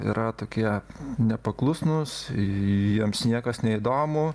yra tokie nepaklusnūs jiems niekas neįdomu